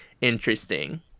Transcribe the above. interesting